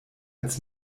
als